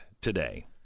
today